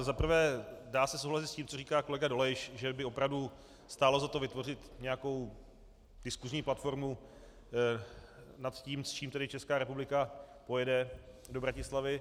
Za prvé, dá se souhlasit s tím, co říká kolega Dolejš, že by opravdu stálo za to vytvořit nějakou diskusní platformu nad tím, s čím Česká republika pojede do Bratislavy.